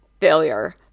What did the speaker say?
failure